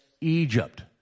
Egypt